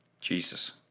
Jesus